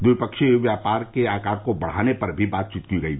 द्विपक्षीय व्यापार के आकार को बढ़ाने पर भी बातचीत की गयी